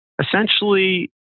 essentially